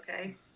Okay